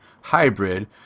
hybrid